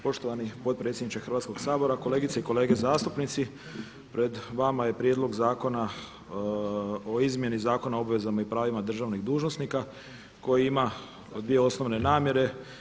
Poštovani potpredsjedniče Hrvatskog sabora, kolegice i kolege zastupnici pred vama je prijedlog Zakona o izmjeni Zakona o obvezama i pravima državnih dužnosnika koji ima dvije osnovne namjere.